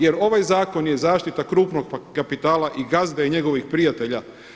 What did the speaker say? Jer ovaj zakon je zaštita krupnog kapitala i gazde i njegovih prijatelja.